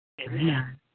Amen